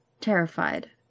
terrified